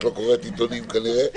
את לא קוראת עיתונים כנראה,